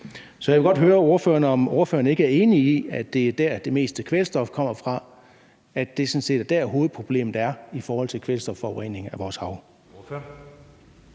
Så jeg vil godt høre ordføreren, om ordføreren ikke er enig i, at det er der, det meste kvælstof kommer fra, og at det sådan set er der, hovedproblemet er i forhold til kvælstofforurening af vores hav.